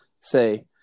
say